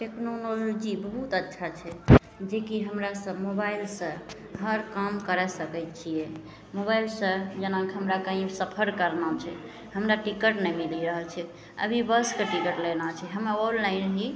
technology बहुत अच्छा छै जेकि हमरासभ मोबाइलसे हर कम करै सकै छिए मोबाइलसे जेनाकि हमरा कहीँ सफर करना छै हमरा टिकट नहि मिलि रहल छै अभी बसके टिकट लेना छै हमरा ऑनलाइन ही